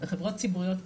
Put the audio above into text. לחברות ציבוריות,